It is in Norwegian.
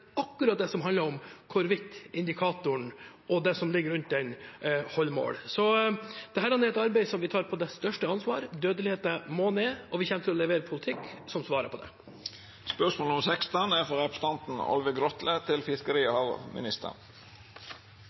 akkurat det som handler om hvorvidt indikatoren og det som ligger rundt den, holder mål. Dette er et arbeid som vi tar på det største alvor. Dødeligheten må ned, og vi kommer til å levere politikk som svarer på det.